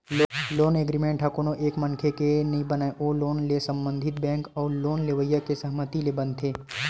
loan agreement ह कोनो एक मनखे के नइ बनय ओ लोन ले संबंधित बेंक अउ लोन लेवइया के सहमति ले बनथे